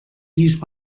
use